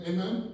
Amen